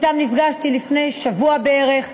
שאתם נפגשתי לפני שבוע בערך.